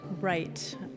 right